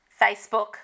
Facebook